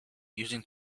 using